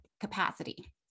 capacity